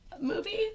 movie